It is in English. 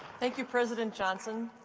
thank you, president johnson.